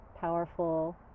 powerful